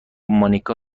مانیکا